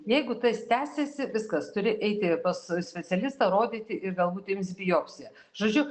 jeigu tais tęsiasi viskas turi eiti pas specialistą rodyti ir galbūt ims biopsiją žodžiu